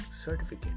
certificate